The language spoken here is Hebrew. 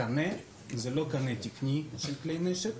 הקנה הוא לא קנה תקני של כלי נשק.